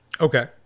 Okay